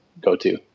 go-to